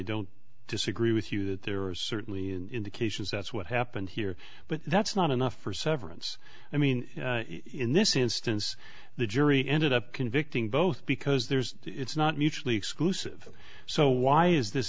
don't disagree with you that there are certainly in the cases that's what happened here but that's not enough for severance i mean in this instance the jury ended up convicting both because there's it's not mutually exclusive so why is this